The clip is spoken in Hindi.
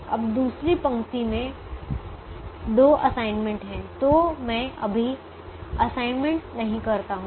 अब दूसरी पंक्ति में 2 असाइनमेंट हैं तो मैं अभी असाइनमेंट नहीं करता हूं